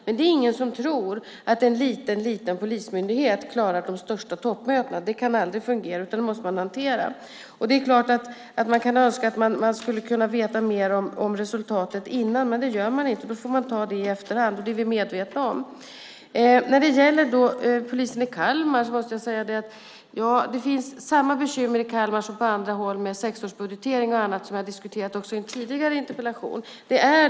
Det är dock ingen som tror att en väldigt liten polismyndighet klarar de största toppmötena. Det kan aldrig fungera, utan det måste man hantera. Det är klart att man kan önska att man kunde veta mer om resultatet innan, men det gör man inte. Då får man ta det i efterhand, och det är vi medvetna om. När det gäller polisen i Kalmar finns det samma bekymmer i Kalmar som på andra håll med sexmånadersbudgetering och annat, vilket vi diskuterat också i en tidigare interpellationsdebatt.